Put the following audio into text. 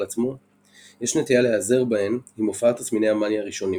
עצמו יש נטייה להיעזר בהן עם הופעת תסמיני המאניה הראשונים,